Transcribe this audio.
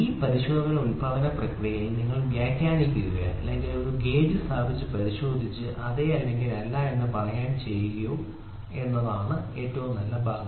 ഈ പരിശോധന ഉൽപാദന പ്രക്രിയയിൽ തന്നെ നിങ്ങൾ വ്യാഖ്യാനിക്കുകയോ അല്ലെങ്കിൽ ഒരു ഗേജ് സ്ഥാപിച്ച് പരിശോധിച്ച് അതെ അല്ലെങ്കിൽ ഇല്ല എന്ന് പറയാൻ ശ്രമിക്കുകയോ ചെയ്യുക എന്നതാണ് ഏറ്റവും നല്ല ഭാഗം